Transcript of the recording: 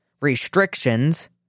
restrictions